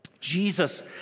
Jesus